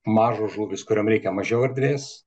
mažos žuvys kuriom reikia mažiau erdvės